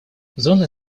зоны